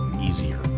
easier